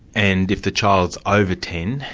and if the child's over ten,